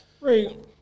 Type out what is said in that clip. Right